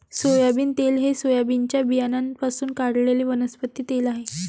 soybean तेल हे सोयाबीनच्या बियाण्यांपासून काढलेले वनस्पती तेल आहे